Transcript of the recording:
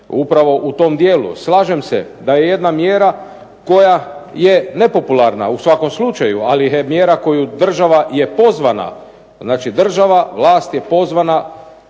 upravo u tom dijelu. Slažem se da je jedna mjera koja je nepopularna u svakom slučaju, ali je mjera koju država je pozvala, znači država, vlast je pozvana